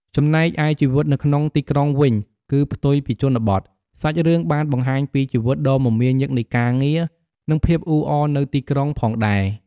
ចំណែកឯជីវិតនៅក្នុងទីក្រុងវិញគឺផ្ទុយពីជនបទ សាច់រឿងបានបង្ហាញពីជីវិតដ៏មមាញឹកនៃការងារ និងភាពអ៊ូអរនៅទីក្រុងផងដែរ ។